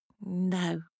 No